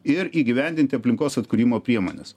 ir įgyvendinti aplinkos atkūrimo priemones